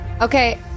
Okay